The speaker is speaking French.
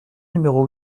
numéro